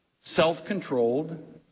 self-controlled